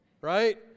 right